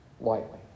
lightly